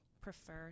prefer